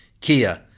Kia